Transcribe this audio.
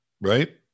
right